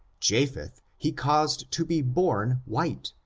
japheth he caused to be barn white,